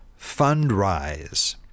Fundrise